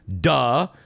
duh